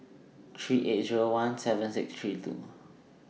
three eight Zero one seven six three two